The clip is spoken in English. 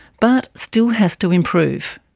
but still has to improve.